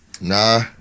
Nah